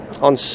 on